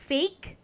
Fake